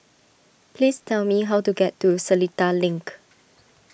please tell me how to get to Seletar Link